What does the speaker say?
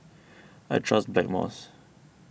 I trust Blackmores